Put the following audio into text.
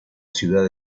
ciudad